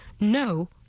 No